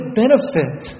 benefit